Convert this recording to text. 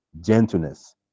gentleness